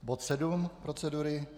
Bod sedm procedury.